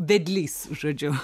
vedlys žodžiu